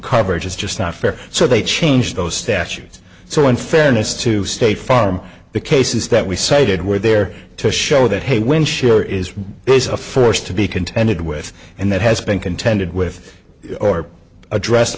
coverage is just not fair so they changed those statutes so in fairness to state farm the cases that we cited were there to show that when share is base a force to be contended with and that has been contended with or addressed